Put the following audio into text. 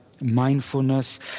mindfulness